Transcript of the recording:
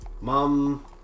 Mom